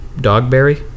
Dogberry